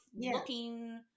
looking